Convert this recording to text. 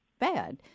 Bad